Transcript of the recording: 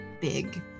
big